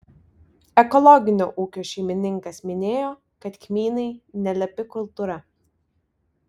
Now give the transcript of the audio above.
ekologinio ūkio šeimininkas minėjo kad kmynai nelepi kultūra